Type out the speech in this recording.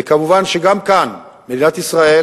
וכמובן גם כאן מדינת ישראל